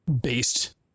based